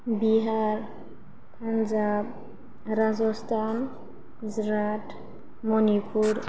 Bihar Punjab Rajasthan Gujarat Manipur